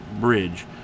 bridge